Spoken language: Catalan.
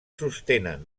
sostenen